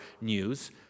news